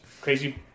crazy